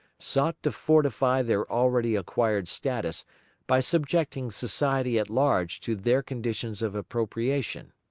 sought to fortify their already acquired status by subjecting society at large to their conditions of appropriation.